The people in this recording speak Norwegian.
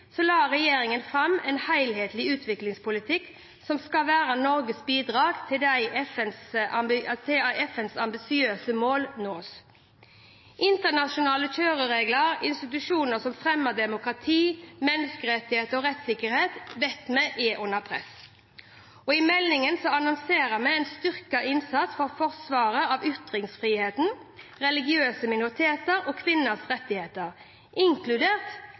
la regjeringen fram en helhetlig utviklingspolitikk som skal være Norges bidrag til at FNs ambisiøse mål nås. Internasjonale kjøreregler og institusjoner som fremmer demokrati, menneskerettigheter og rettssikkerhet vet vi er under press. I meldingen annonserer vi en styrket innsats for forsvaret av ytringsfrihet, religiøse minoriteter og kvinners rettigheter, inkludert